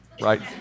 Right